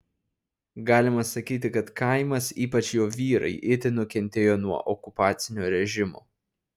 galima sakyti kad kaimas ypač jo vyrai itin nukentėjo nuo okupacinio režimo